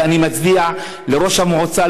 ואני מצדיע לראש המועצה,